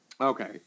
Okay